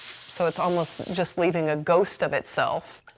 so it's almost just leaving a ghost of itself.